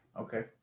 Okay